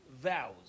vows